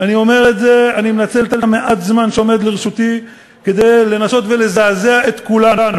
אני מנצל את מעט הזמן שעומד לרשותי כדי לנסות ולזעזע את כולנו.